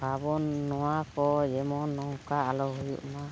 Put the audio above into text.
ᱵᱟᱵᱚᱱ ᱱᱚᱣᱟ ᱠᱚ ᱡᱮᱢᱚᱱ ᱱᱚᱝᱠᱟ ᱟᱞᱚ ᱦᱩᱭᱩᱜᱼᱢᱟ